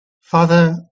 Father